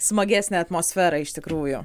smagesnę atmosferą iš tikrųjų